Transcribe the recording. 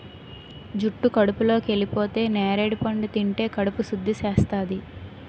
జుట్టు కడుపులోకెళిపోతే నేరడి పండు తింటే కడుపు సుద్ధి చేస్తాది